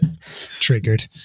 triggered